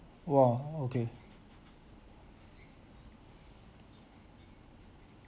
!wah! okay